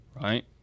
right